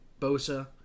Bosa